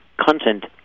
content